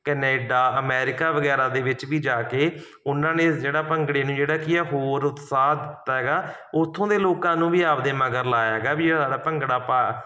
Canada America ਵਗੈਰਾ ਦੇ ਵਿੱਚ ਵੀ ਜਾ ਕੇ ਉਹਨਾਂ ਨੇ ਜਿਹੜਾ ਭੰਗੜੇ ਨੂੰ ਜਿਹੜਾ ਕੀ ਆ ਹੋਰ ਉਤਸ਼ਾਹ ਦਿੱਤਾ ਹੈਗਾ ਉੱਥੋਂ ਦੇ ਲੋਕਾਂ ਨੂੰ ਵੀ ਆਪਣੇ ਮਗਰ ਲਗਾਇਆ ਹੈਗਾ ਵੀ ਇਹ ਸਾਡਾ ਭੰਗੜਾ ਪਾ